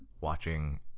Watching